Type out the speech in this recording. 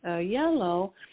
yellow